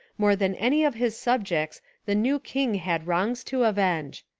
more than any of his subjects the new king had wrongs to avenge.